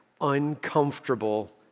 uncomfortable